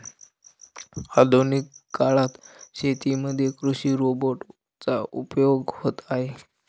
आधुनिक काळात शेतीमध्ये कृषि रोबोट चा उपयोग होत आहे